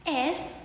S